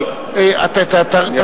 ואני, לא שומעים?